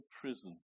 prison